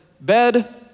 bed